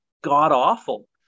god-awful